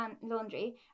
laundry